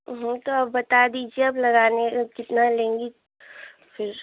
वह तो आप बता दीजिए अब लगाने का कितना लेंगी फिर